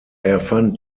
erfand